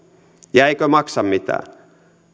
ja eikö maksa mitään